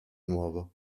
nuovo